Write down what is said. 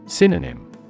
Synonym